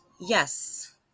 Yes